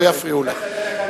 לא יפריעו לך.